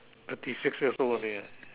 thirty six years only eh